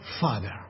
Father